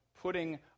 putting